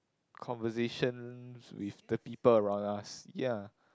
conversations with the people around us ya